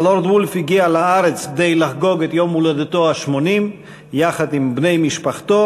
הלורד וולף הגיע לארץ כדי לחגוג את יום הולדתו ה-80 יחד עם בני משפחתו,